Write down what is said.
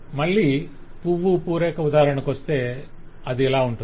మళ్ళీ పువ్వు పూరేక ఉదాహరణకొస్తే అది ఇలా ఉంటుంది